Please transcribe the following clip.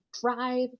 drive